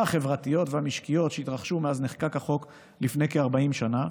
החברתיות והמשקיות שהתרחשו מאז נחקק החוק לפני כ-40 שנה,